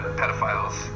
pedophiles